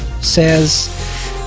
says